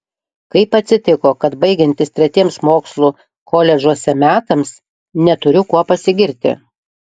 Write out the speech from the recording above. kaip atsitiko kad baigiantis tretiems mokslų koledžuose metams neturiu kuo pasigirti